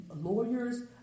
lawyers